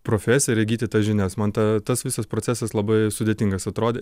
profesiją ir įgyti tas žinias man ta tas visas procesas labai sudėtingas atrodė